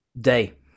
day